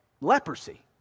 leprosy